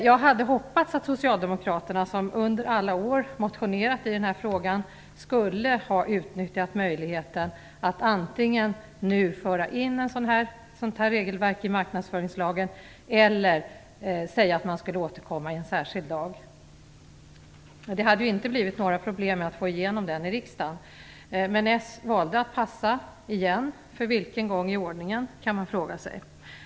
Jag hade hoppats att socialdemokraterna, som under alla år motionerat i den här frågan, skulle ha utnyttjat möjligheten att nu antingen föra in ett sådant här regelverk i marknadsföringslagen eller säga att man skall återkomma i en särskild lag. Det hade inte blivit några problem med att få igenom den i riksdagen, men s valde att passa igen - för vilken gång i ordningen, kan man fråga sig.